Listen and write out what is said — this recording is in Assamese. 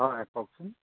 হয় কওকচোন